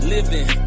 Living